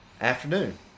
afternoon